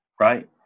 Right